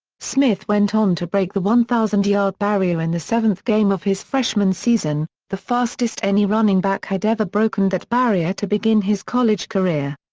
smith went on to break the one thousand yard barrier in the seventh game of his freshman season, the fastest any running back had ever broken that barrier to begin his college career.